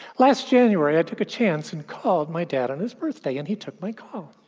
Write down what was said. last january, i took a chance and called my dad on his birthday, and he took my call.